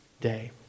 day